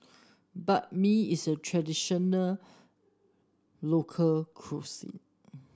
Banh Mi is a traditional local cuisine